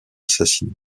assassiné